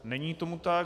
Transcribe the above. Není tomu tak.